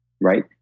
right